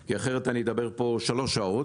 כי אחרת אני אדבר פה שלוש שעות,